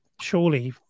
surely